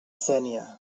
sénia